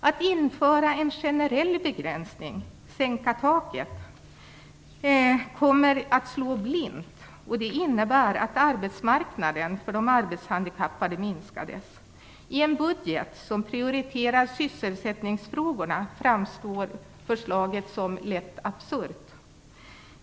Att införa en generell begränsning, sänka taket, innebär att man slår blint, och det innebär att arbetsmarknaden för de arbetshandikappade minskas. I en budget som prioriterar sysselsättningsfrågorna framstår förslaget som lätt absurt.